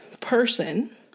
person